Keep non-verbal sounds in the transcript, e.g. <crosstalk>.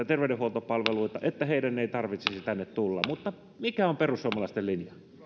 <unintelligible> terveydenhuoltopalveluita niin että heidän ei tarvitsisi tänne tulla mutta mikä on perussuomalaisten linja